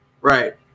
right